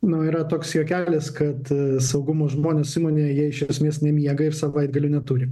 na yra toks juokelis kad saugumo žmonės įmonėj jie iš esmės nemiega ir savaitgalių neturi